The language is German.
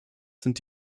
sind